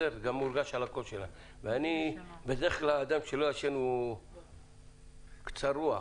בדרך כלל אדם שלא ישן הוא קצר רוח,